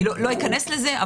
לא אכנס לזה,